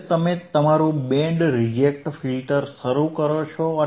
આ રીતે તમે તમારું બેન્ડ રિજેક્ટ ફિલ્ટર શરૂ કરો છો